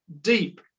deep